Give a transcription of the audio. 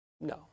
no